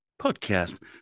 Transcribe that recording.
podcast